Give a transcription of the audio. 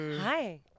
Hi